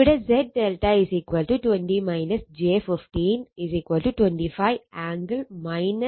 ഇവിടെ ZΔ 25 angle 36